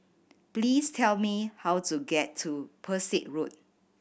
please tell me how to get to Pesek Road